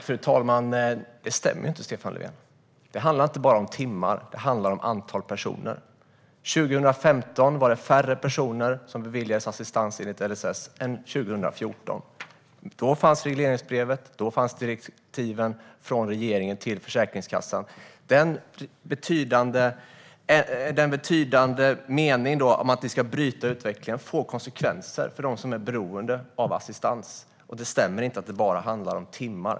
Fru talman! Det stämmer inte, Stefan Löfven. Det handlar inte bara om timmar utan om antalet personer. År 2015 var det färre personer som beviljades assistans enligt LSS än 2014. Då fanns regleringsbrevet och direktiven från regeringen till Försäkringskassan. Meningen om att bryta utvecklingen får konsekvenser för dem som är beroende av assistans. Det stämmer inte att det bara handlar om timmar.